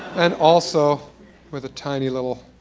and also with a tiny little